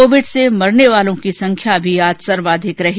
Covid से मरने वालों की भी संख्या आज सर्वाधिक रही